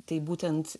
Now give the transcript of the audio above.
tai būtent